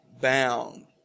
bound